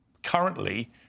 currently